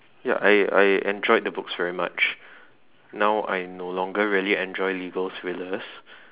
ya I I enjoyed the books very much now I no longer really enjoy legal thrillers